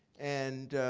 and